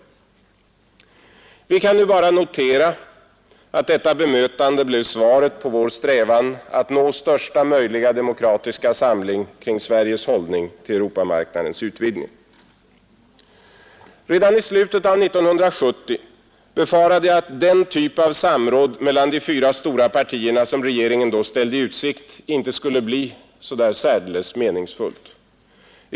Vi kan nu bara notera att detta bemötande blev svaret på vår strävan att nå största möjliga demokratiska samling kring Sveriges hållning till Europamarknadens utvidgning. Redan i slutet av år 1970 befarade jag att den typ av samråd mellan de fyra stora partierna som regeringen då ställde i utsikt inte skulle bli så särdeles meningsfullt.